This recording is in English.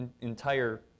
entire